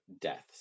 deaths